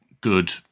good